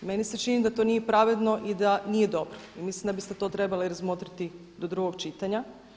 Meni se čini da to nije pravedno i da nije dobro i mislim da biste to trebali razmotriti do drugog čitanja.